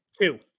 Two